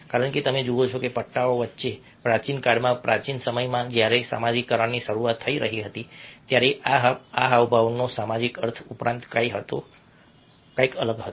કારણ કે તમે જુઓ છો કે પટ્ટાઓ વચ્ચે પ્રાચીન કાળમાં પ્રાચીન સમયમાં જ્યારે સામાજિકકરણની શરૂઆત થઈ રહી હતી ત્યારે આ હાવભાવનો સામાજિક અર્થ ઉપરાંત કંઈક હતો